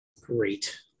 Great